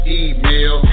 email